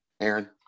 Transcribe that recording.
Aaron